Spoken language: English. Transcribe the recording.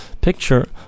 picture